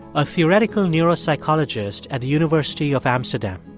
a theoretical neuropsychologist at the university of amsterdam.